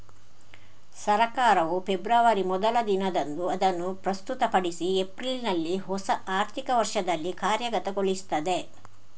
ಸರ್ಕಾರವು ಫೆಬ್ರವರಿ ಮೊದಲ ದಿನದಂದು ಅದನ್ನು ಪ್ರಸ್ತುತಪಡಿಸಿ ಏಪ್ರಿಲಿನಲ್ಲಿ ಹೊಸ ಆರ್ಥಿಕ ವರ್ಷದಲ್ಲಿ ಕಾರ್ಯಗತಗೊಳಿಸ್ತದೆ